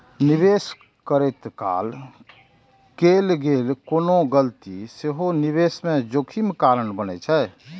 निवेश करैत काल कैल गेल कोनो गलती सेहो निवेश मे जोखिम कारण बनै छै